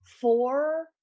four